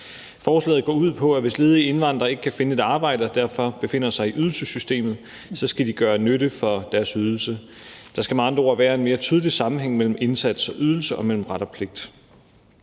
Forslaget går ud på, at hvis ledige indvandrere ikke kan finde et arbejde og derfor befinder sig i ydelsessystemet, skal de gøre nytte for deres ydelse. Der skal med andre ord være en mere tydelig sammenhæng mellem indsats og ydelse og mellem ret og pligt.